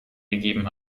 gegeben